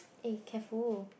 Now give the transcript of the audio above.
eh careful